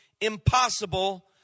impossible